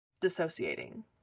dissociating